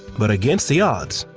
but against the odds,